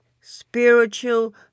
spiritual